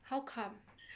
how come